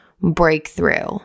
breakthrough